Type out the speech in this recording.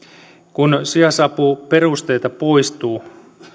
kun sijaisapuperusteita poistuu